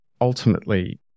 Ultimately